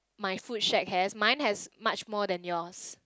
my food shack has mine has much more than yours